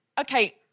okay